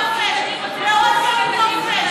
ומי ישלם על עוד יום חופש ועוד יום חופש,